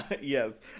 Yes